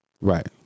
right